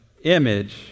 image